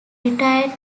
retired